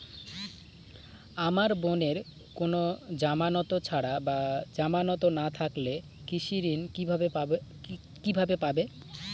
আমার বোনের কোন জামানত ছাড়া বা জামানত না থাকলে কৃষি ঋণ কিভাবে পাবে?